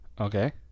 Okay